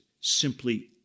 simply